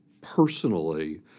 personally